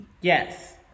Yes